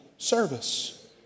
Service